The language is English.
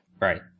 Right